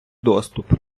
доступ